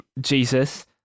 Jesus